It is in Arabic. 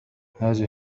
هذه